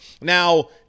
Now